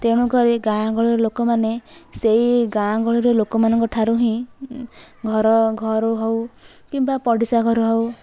ତେଣୁ କରି ଗାଁ ଗହଳିର ଲୋକମାନେ ସେହି ଗାଁ ଗହଳିର ଲୋକମାନଙ୍କ ଠାରୁ ହିଁ ଘର ଘରୁ ହେଉ କିମ୍ବା ପଡ଼ିଶା ଘର ହେଉ